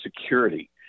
security